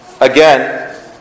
Again